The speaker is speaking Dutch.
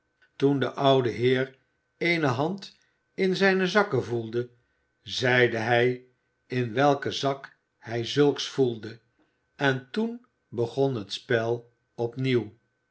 toen de oude heer eene hand in een zijner zakken voelde zeide hij in welken zak hij zulks voelde en toen begon het spel